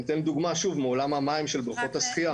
אני אתן דוגמה מעולם המים של בריכות השחייה.